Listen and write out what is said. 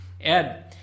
Ed